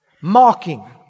Mocking